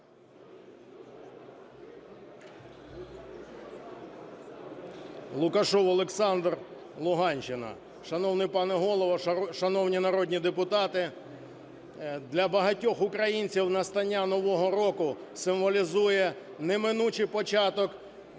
Лукашев Олександр, Луганщина. Шановний пане Голово, шановні народні депутати! Для багатьох українців настання нового року символізує неминучий початок